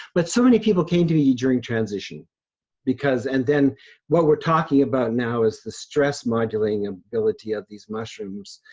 but so many people came to me during transition because, and then what we're talking about now is the stress modulating ability of these mushrooms.